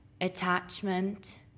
attachment